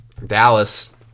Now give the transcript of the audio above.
Dallas